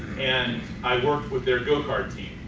and i worked with their go cart team.